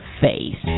face